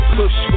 push